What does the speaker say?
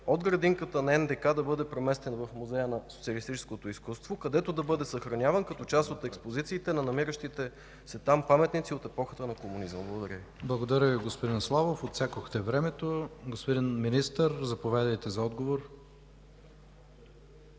от градинката на НДК да бъде преместен в Музея на социалистическото изкуство, където да бъде съхраняван като част от експозициите на намиращите се там паметници от епохата на комунизма? Благодаря Ви. ПРЕДСЕДАТЕЛ ИВАН К.ИВАНОВ: Благодаря Ви, господин Славов, отсякохте времето. Господин Министър, заповядайте за отговор.